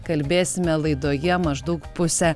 kalbėsime laidoje maždaug pusę